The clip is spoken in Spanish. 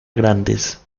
grandes